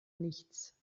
nichts